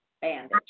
bandage